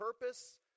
purpose